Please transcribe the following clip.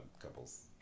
couples